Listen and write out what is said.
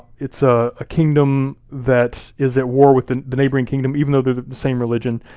it's a ah kingdom that is at war with the the neighboring kingdom even though they're the same religion.